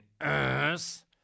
ass